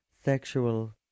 sexual